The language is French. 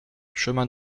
chemin